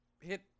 hit